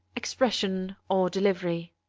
expression or delivery.